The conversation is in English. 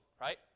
right